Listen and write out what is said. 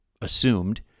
assumed